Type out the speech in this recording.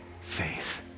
faith